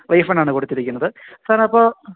റീഫണ്ടാണു കൊടുത്തിരിക്കുന്നത് സാർ അപ്പോള്